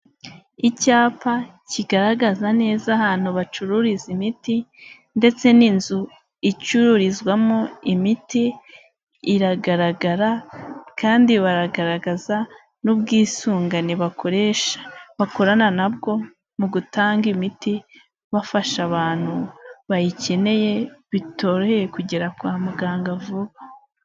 Icyapa kigaragaza neza ahantu bacururiza imiti ndetse n'inzu icururizwamo imiti iragaragara kandi baragaragaza n'ubwisungane bakoresha bakorana nabwo mu gutanga imiti bafasha abantu bayikeneye bitoroheye kugera kwa muganga vuba.